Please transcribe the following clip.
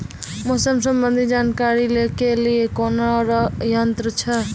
मौसम संबंधी जानकारी ले के लिए कोनोर यन्त्र छ?